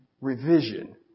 revision